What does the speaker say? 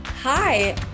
Hi